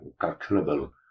calculable